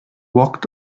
walked